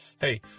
hey